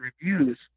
reviews